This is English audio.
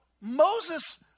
Moses